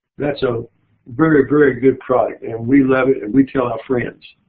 that's a very, very good product and we love it and we tell our friends.